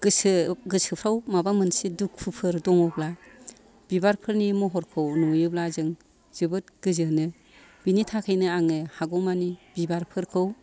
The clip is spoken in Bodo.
गोसोफ्राव माबा मोनसे दुखुफोर दङब्ला बिबारफोरनि महरखौ नुयोब्ला जों जोबोद गोजोनो बिनि थाखायनो आङो हागौमानि बिबारफोरखौ